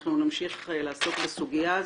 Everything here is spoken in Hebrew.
ואנחנו נמשיך לעסוק בסוגיה הזאת.